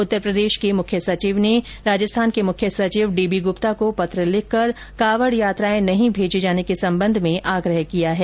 उत्तर प्रदेश के मुख्य सचिव ने राजस्थान के मुख्य सचिव डीबी गुप्ता को पत्र लिखकर कावड़ यात्राएं नहीं भेजे जाने के संबंध में आग्रह किया है